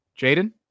Jaden